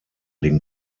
den